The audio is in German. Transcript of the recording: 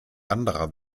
anderer